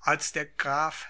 als der graf